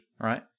Right